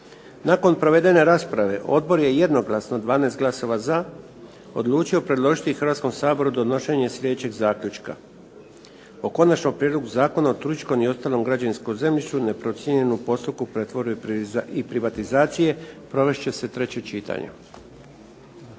Nakon provedene rasprave odbor je jednoglasno, 12 glasova za, odlučio predložiti Hrvatskom saboru donošenje sljedećeg zaključka o Konačnom prijedlogu Zakona o turističkom i ostalom građevinskom zemljištu neprocijenjenom u postupku pretvorbe i privatizacije provest će se treće čitanje.